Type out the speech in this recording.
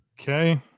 Okay